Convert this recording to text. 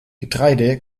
getreide